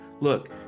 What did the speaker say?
Look